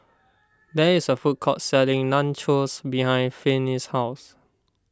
there is a food court selling Nachos behind Finis' house